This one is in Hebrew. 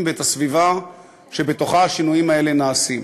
ואת הסביבה שבתוכה השינויים האלה נעשים.